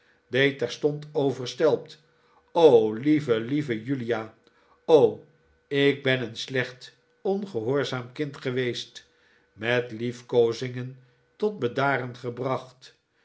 terstond overstelpt lieve lieve julia o ik ben een slecht ongehoorzaam kind geweest met liefkoozingen tot bedaren gebracht